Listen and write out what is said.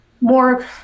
more